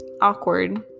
awkward